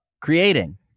creating